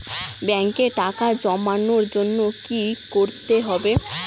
ব্যাংকে টাকা জমানোর জন্য কি কি করতে হয়?